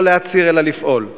לא להצהיר אלא לפעול.